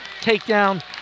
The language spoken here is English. takedown